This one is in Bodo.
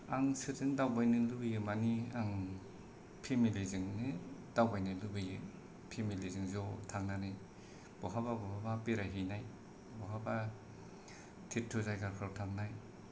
आं सोरजों दावबायनो लुबैयो माने आं फेमिलि जोंनो दावबायनो लुबैयो फेमिलि जों ज' थांनानै बहाबा बहाबा बेरायहैनाय बहाबा थिर्थ' जायगाफ्राव थांनाय